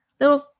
little